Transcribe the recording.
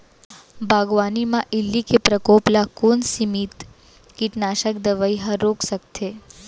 बागवानी म इल्ली के प्रकोप ल कोन सीमित कीटनाशक दवई ह रोक सकथे?